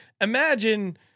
Imagine